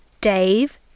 Dave